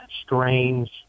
strange